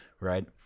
right